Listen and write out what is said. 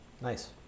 Nice